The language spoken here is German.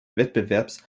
wettbewerbs